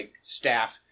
staff